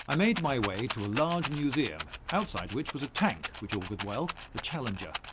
i made my way to a large museum, outside which was a tank, which augured well the challenger.